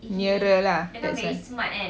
nearer lah in that sense